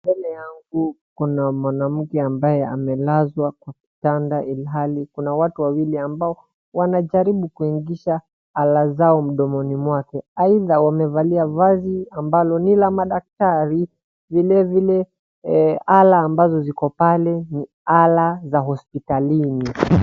Mbele yangu kuna mwanamke ambaye amelazwa kwa kitanda ilhali kuna watu wawili ambao wanajaribu kuingisha ala zao mdomoni mwake. Aidha wamevalia vazi ambalo ni la madaktari vile vile ala ambazo ziko pale ni ala za hospitalini.